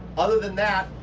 other than that,